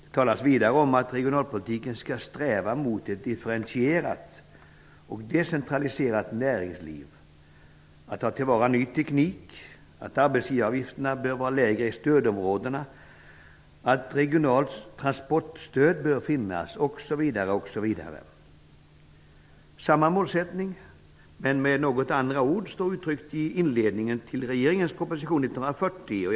Det talas vidare om att regionalpolitiken skall sträva mot ett differentierat och decentraliserat näringsliv, att ta till vara ny teknik, att arbetsgivaravgifterna bör vara lägre i stödområdena, att regionalt transportstöd bör finnas m.m. Samma målsättning, men med något andra ord, står uttryckt i inledningen till regeringens proposition 140.